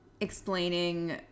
explaining